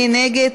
מי נגד?